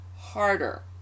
harder